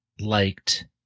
liked